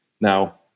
Now